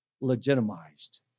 legitimized